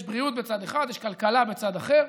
יש בריאות בצד אחד ויש כלכלה בצד אחר,